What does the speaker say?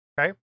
Okay